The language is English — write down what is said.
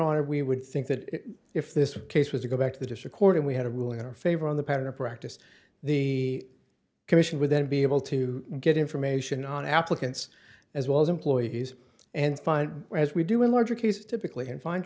honor we would think that if this case was to go back to the district court and we had a ruling in our favor on the pattern of practice the commission would then be able to get information on applicants as well as employees and as we do in larger cases typically and find